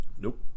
nope